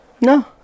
No